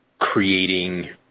creating